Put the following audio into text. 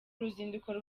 uruzinduko